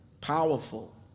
powerful